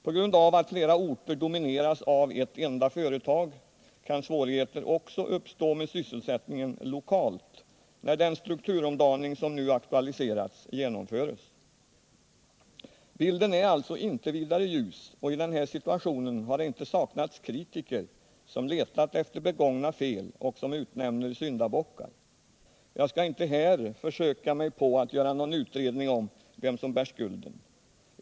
På grund av att flera orter domineras av ett enda företag kan svårigheter också uppstå med sysselsättningen lokalt när den strukturomdaning som nu aktualiserats genomförs. Bilden är alltså inte vidare ljus och i den här situationen har det inte saknats kritiker som letat efter begångna fel och som utnämner syndabockar. Jag skall inte här försöka mig på att göra någon utredning om vem som bär skulden.